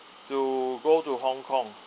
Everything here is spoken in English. to go to hong kong